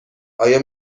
آیا